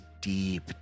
deep